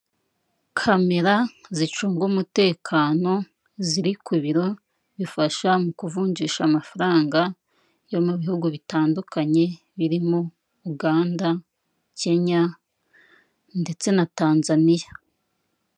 Kamera zicunga umutekano ziri ku biro bifasha mu kuvunjisha amafaranga yo mu bihugu bitandukanye birimo Uganda, Kenya ndetse na Tanzaniya.